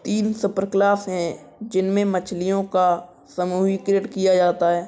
तीन सुपरक्लास है जिनमें मछलियों को समूहीकृत किया जाता है